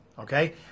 okay